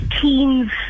teens